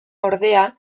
ordea